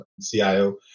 CIO